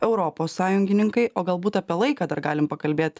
europos sąjungininkai o galbūt apie laiką dar galim pakalbėt